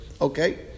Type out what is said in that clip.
Okay